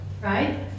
right